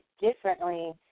differently